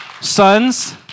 Sons